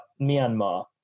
Myanmar